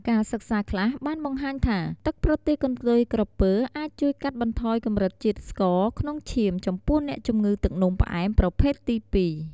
ការសិក្សាខ្លះបានបង្ហាញថា ទឹកប្រទាលកន្ទុយក្រពើអាចជួយបន្ថយកម្រិតជាតិស្ករក្នុងឈាមចំពោះអ្នកជំងឺទឹកនោមផ្អែមប្រភេទទី ២។